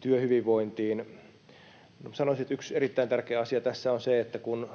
työhyvinvointiin. Sanoisin, että yksi erittäin tärkeä asia tässä on se, että tuo